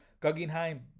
Guggenheim